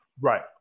Right